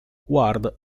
ward